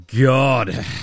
God